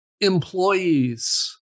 employees